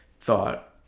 thought